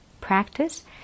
practice